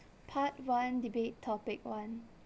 part one debate topic one